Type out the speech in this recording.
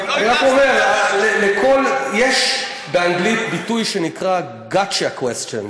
יש באנגלית ביטוי שנקרא gotcha questions,